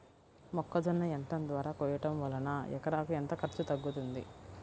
మొక్కజొన్న యంత్రం ద్వారా కోయటం వలన ఎకరాకు ఎంత ఖర్చు తగ్గుతుంది?